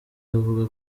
uvuga